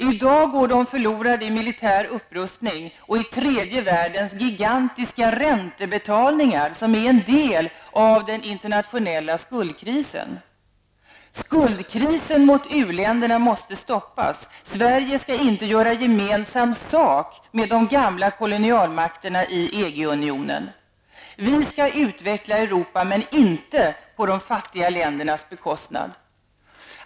I dag går de förlorade i militär upprustning och i tredje världens gigantiska räntebetalningar som är en del av den internationella skuldkrisen. Skuldkrisen som riktas mot u-länderna måste stoppas. Sverige skall inte göra gemensam sak med de gamla kolonialmakterna i EG-unionen. Vi skall utveckla Europa, men inte på de fattiga ländernas bekostnad.